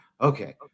okay